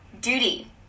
duty